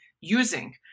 using